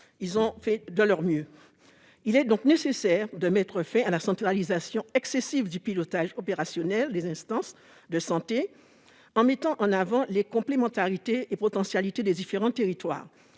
Ils ont fait de leur mieux. Il est donc nécessaire de mettre fin à la centralisation excessive du pilotage opérationnel des instances de santé, en mettant en avant les complémentarités et potentialités des différents territoires.